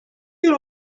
you